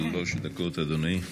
בבקשה, שלוש דקות, אדוני.